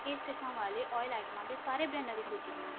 ਪੇਸ਼ਕਸ਼ਾਂ ਵਾਲੇ ਆਇਲ ਆਈਟਮਾਂ ਦੇ ਸਾਰੇ ਬ੍ਰਾਂਡਾਂ ਦੀ ਸੂਚੀ ਬਣਾਓ